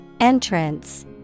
Entrance